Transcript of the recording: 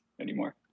anymore